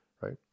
right